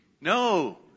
no